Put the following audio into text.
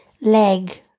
leg